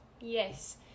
Yes